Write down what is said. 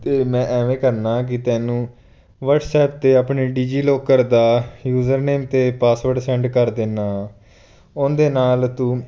ਤਾਂ ਮੈਂ ਇਵੇਂ ਕਰਦਾ ਕਿ ਤੈਨੂੰ ਵਟਸਐਪ 'ਤੇ ਆਪਣੇ ਡੀਜੀਲੋਕਰ ਦਾ ਯੂਜ਼ਰ ਨੇਮ ਅਤੇ ਪਾਸਵਰਡ ਸੈਂਡ ਕਰ ਦੇਂਦਾ ਹਾਂ ਉਹਦੇ ਨਾਲ ਤੂੰ